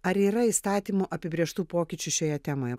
ar yra įstatymų apibrėžtų pokyčių šioje temoje